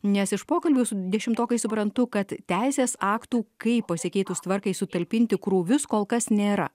nes iš pokalbių su dešimtokais suprantu kad teisės aktų kaip pasikeitus tvarkai sutalpinti krūvius kol kas nėra